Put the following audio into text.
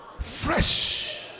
Fresh